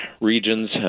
regions